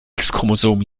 chromosom